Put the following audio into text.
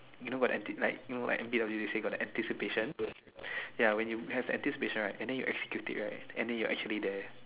you know got and did like you know like in the presentation got the anticipation ya when you have the anticipation right then you execute it right then you are actually there